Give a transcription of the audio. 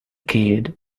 kid